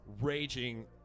raging